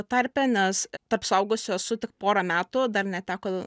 tarpe nes tarp suaugusių esu tik porą metų dar neteko